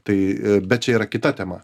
tai bet čia yra kita tema